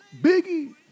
Biggie